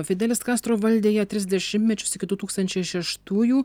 fidelis kastro valdė ją tris dešimtmečius iki du tūkstančiai šeštųjų